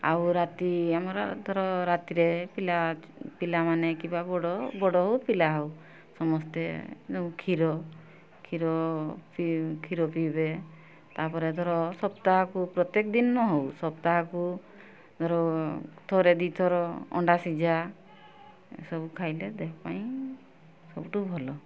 ଆଉ ରାତି ଆମର ଧର ରାତିରେ ପିଲା ପିଲାମାନେ କିବା ବଡ଼ ବଡ଼ ହଉ ପିଲା ହଉ ସମସ୍ତେ କ୍ଷୀର କ୍ଷୀର ପି କ୍ଷୀର ପିଇବେ ତାପରେ ଧର ସପ୍ତାହକୁ ପ୍ରତ୍ୟେକ ଦିନ ନ ହଉ ସପ୍ତାହକୁ ଧର ଥରେ ଦୁଇ ଥର ଅଣ୍ଡା ସିଝା ଏସବୁ ଖାଇଲେ ଦେହ ପାଇଁ ସବୁଠୁ ଭଲ